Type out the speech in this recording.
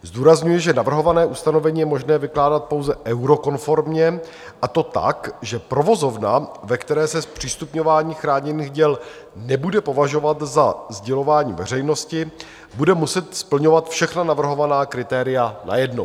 Zdůrazňuji, že navrhované ustanovení je možné vykládat pouze eurokonformně, a to tak, že provozovna, ve které se zpřístupňování chráněných děl nebude považovat za sdělování veřejnosti, bude muset splňovat všechna navrhovaná kritéria najednou.